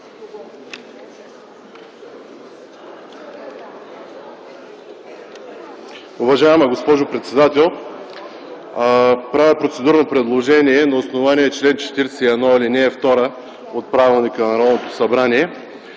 Уважаема госпожо председател, правя процедурно предложение на основание чл. 41, ал. 2 от Правилника на Народното събрание